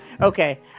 Okay